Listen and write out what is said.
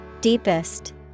Deepest